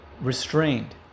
restrained